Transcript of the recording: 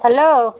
hello